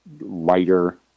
lighter